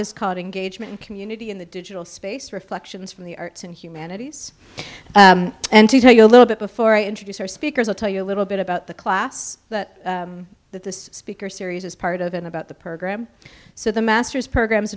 is called engagement community in the digital space reflections from the arts and humanities and to tell you a little bit before i introduce our speakers i'll tell you a little bit about the class that the speaker series is part of and about the program so the master's program